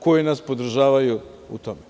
koji nas podržavaju u tome.